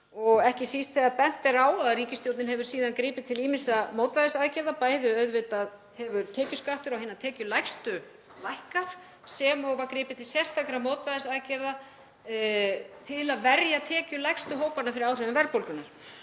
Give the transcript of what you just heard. ekki síst þegar bent er á að ríkisstjórnin hefur síðan gripið til ýmissa mótvægisaðgerða, bæði hefur tekjuskattur á hina tekjulægstu lækkað sem og verið gripið til sérstakra mótvægisaðgerða til að verja tekjulægstu hópana fyrir áhrifum verðbólgunnar.